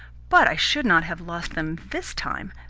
but i should not have lost them this time.